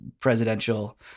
presidential